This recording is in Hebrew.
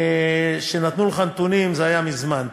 כשנתנו לך נתונים, זה היה מזמן.